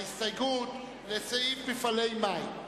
הסתייגות לסעיף מפעלי מים.